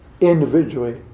individually